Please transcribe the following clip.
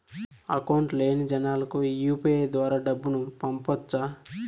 Account లేని జనాలకు UPI ద్వారా డబ్బును పంపొచ్చా?